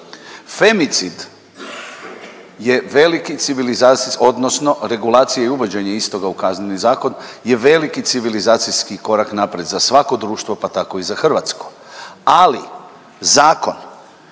Femicid je veliki civilizaci…, odnosno regulacija i uvođenje istoga u Kazneni zakon je veliki civilizacijski korak naprijed za svako društvo, pa tako i za hrvatsko, ali Zakon